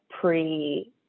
pre-